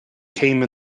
came